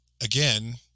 again